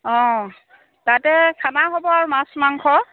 অঁ তাতে খানা হ'ব আৰু মাছ মাংস